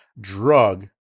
drug